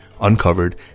uncovered